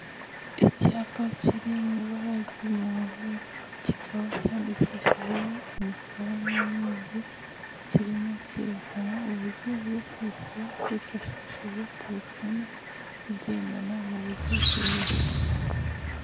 Icyapa kiri mu ibara ry'umuhondo, kikaba cyandikishijejweho umukara n'umweru, kirimo cyerekana uburyo bwo kwishyura hifashishijwe telefone igendana, mu buryo bworoshye.